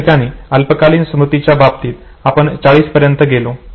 याठिकाणी अल्पकालीन स्मृतीच्या बाबतीत आपण 40 पर्यंत गेलो